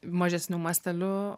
mažesniu masteliu